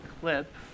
clip